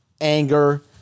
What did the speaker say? anger